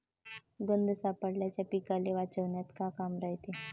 गंध सापळ्याचं पीकाले वाचवन्यात का काम रायते?